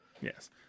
Yes